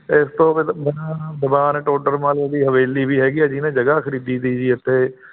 ਇਸ ਤੋਂ ਬਾਅਦ ਦੀਵਾਨ ਟੋਡਰ ਮੱਲ ਦੀ ਹਵੇਲੀ ਵੀ ਹੈਗੀ ਆ ਜਿਹਨੇ ਜਗ੍ਹਾ ਖਰੀਦੀ ਤੀ ਜੀ ਇੱਥੇ